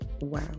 Wow